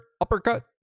uppercut